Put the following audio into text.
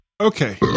Okay